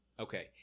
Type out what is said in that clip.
Okay